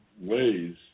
ways